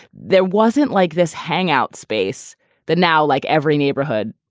there wasn't like this hangout space that now like every neighborhood,